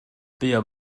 buom